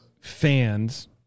fans